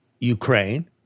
Ukraine